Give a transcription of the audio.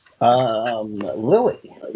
lily